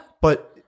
But-